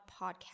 Podcast